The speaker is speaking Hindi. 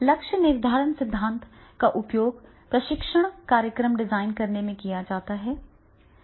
लक्ष्य निर्धारण सिद्धांत का उपयोग प्रशिक्षण कार्यक्रम डिजाइन में किया जाता है